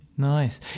Nice